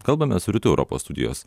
kalbame su rytų europos studijos